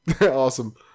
awesome